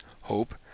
hope